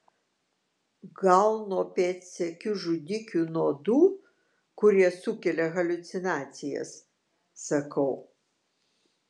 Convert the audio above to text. gal nuo pėdsekių žudikių nuodų kurie sukelia haliucinacijas sakau